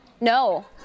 No